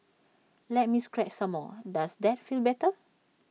let me scratch some more does that feel better